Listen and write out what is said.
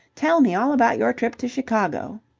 tell me all about your trip to chicago.